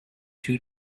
two